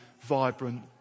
vibrant